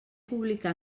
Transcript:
publicar